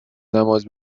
نماز